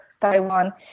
Taiwan